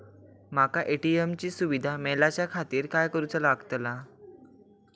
माका ए.टी.एम ची सुविधा मेलाच्याखातिर काय करूचा लागतला?